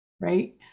right